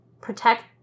protect